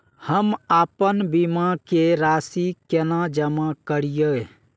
हम आपन बीमा के राशि केना जमा करिए?